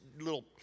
little